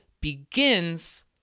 begins